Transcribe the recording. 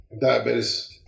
Diabetes